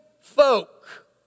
folk